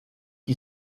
qui